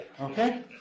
Okay